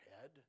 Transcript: head